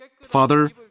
Father